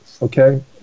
Okay